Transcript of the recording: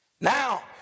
Now